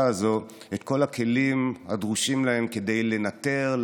הזאת את כל הכלים הדרושים להם כדי לנטר,